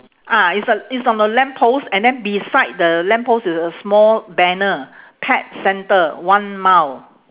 ah it's a it's on the lamp post and then beside the lamp post is a small banner pet centre one mile